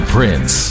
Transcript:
Prince